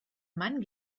mann